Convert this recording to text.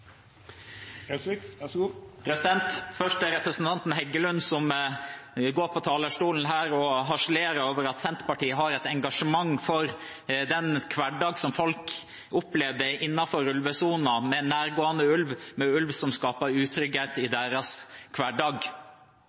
harselerer over at Senterpartiet har et engasjement for den hverdagen som folk opplever innenfor ulvesonen, med nærgående ulv, med ulv som skaper utrygghet i deres hverdag.